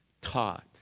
taught